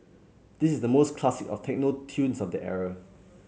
this is the most classic of techno tunes of that era